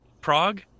Prague